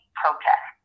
protest